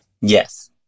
Yes